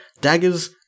daggers